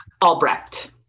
Albrecht